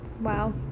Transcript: Wow